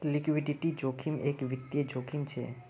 liquidity जोखिम एक वित्तिय जोखिम छे